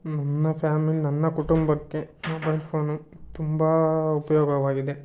ನನ್ನ ಫ್ಯಾಮಿಲಿ ನನ್ನ ಕುಟುಂಬಕ್ಕೆ ಮೊಬೈಲ್ ಫೋನು ತುಂಬ ಉಪಯೋಗವಾಗಿದೆ